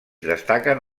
destaquen